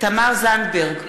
תמר זנדברג,